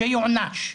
שיוענש.